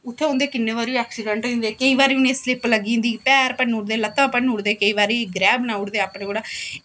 उत्थें उं'दे किन्ने बारी ऐक्सिडैंट होई जंदे केईं बारी उ'नेंगी स्लिप लग्गी जंदा पैर भन्नी ओड़दे लत्तां भन्नी ओड़दे केईं बारी ग्रैह् बनाई ओड़दे अपने जोड़ा